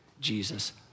Jesus